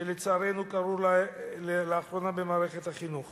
שלצערנו קרו לאחרונה במערכת החינוך